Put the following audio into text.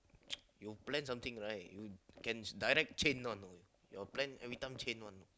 you plan something right you can direct change one you know your plan everytime change one you know